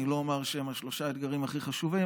אני לא אומר שהם שלושת האתגרים הכי חשובים,